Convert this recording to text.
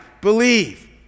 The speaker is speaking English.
believe